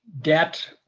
debt